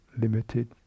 limited